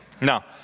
Now